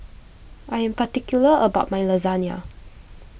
I am particular about my Lasagna